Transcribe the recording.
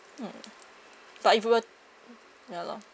mm but if you were ya lor